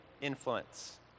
influence